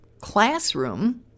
classroom